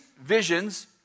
visions